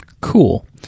Cool